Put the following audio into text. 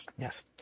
Yes